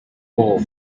wall